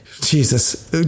Jesus